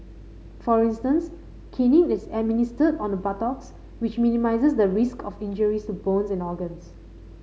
for instance caning is administered on the buttocks which minimises the risk of injuries to bones and organs